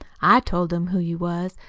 i told him who you was,